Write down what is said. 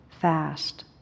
fast